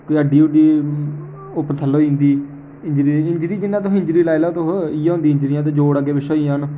कोई हड्डी उड्डी उप्पर थ'ल्ले होई जन्दी इंजरी इंजरी जि'यां इंजरी तोहें लाई लैओ इ'यै होन्दियां इंजरिया ते जोड़ अग्गें पिच्छें होई जान